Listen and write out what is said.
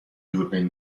دوربین